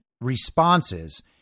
responses